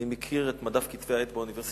אני מכיר את מדף כתבי-העת באוניברסיטאות,